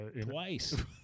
Twice